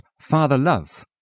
Father-love